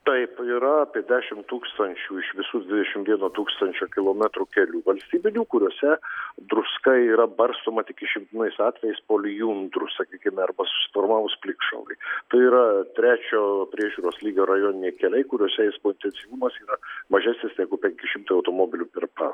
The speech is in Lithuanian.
taip yra apie dešim tūkstančių iš visų dvidešimt vieno tūkstančio kilometrų kelių valstybinių kuriuose druska yra barstoma tik išimtinais atvejais po lijundrų sakykim arba susiformavus plikšalai tai yra trečio priežiūros lygio rajoniniai keliai kuriuose eismo intensyvumas yra mažesnis negu penki šimtai automobilių per parą